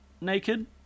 naked